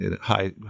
high